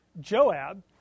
Joab